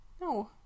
No